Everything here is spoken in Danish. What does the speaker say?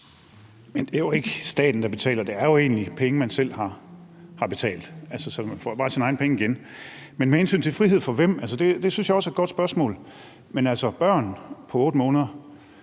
Jamen det er jo ikke staten, der betaler; det er jo egentlig penge, man selv har betalt, så man får jo bare sine egne penge igen. Men med hensyn til det om frihed for hvem – det synes jeg også er et godt spørgsmål. Men børn på 8 måneder